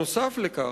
נוסף על כך,